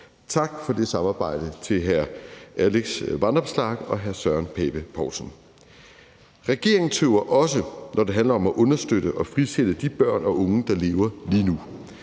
Tak for det samarbejde til hr. Alex Vanopslagh og hr. Søren Pape Poulsen. Regeringen tøver også, når det handler om at understøtte og frisætte de børn og unge, der lever lige nu.